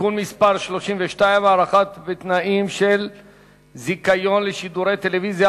(תיקון מס' 32) (הארכה בתנאים של זיכיון לשידורי טלוויזיה